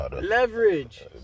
Leverage